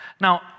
Now